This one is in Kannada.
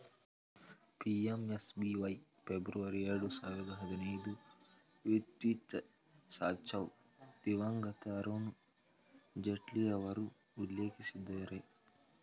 ಪಿ.ಎಮ್.ಎಸ್.ಬಿ.ವೈ ಫೆಬ್ರವರಿ ಎರಡು ಸಾವಿರದ ಹದಿನೈದು ವಿತ್ಚಿತಸಾಚವ ದಿವಂಗತ ಅರುಣ್ ಜೇಟ್ಲಿಯವರು ಉಲ್ಲೇಖಿಸಿದ್ದರೆ